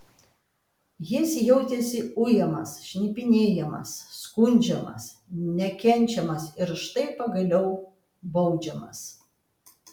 jis jautėsi ujamas šnipinėjamas skundžiamas nekenčiamas ir štai pagaliau baudžiamas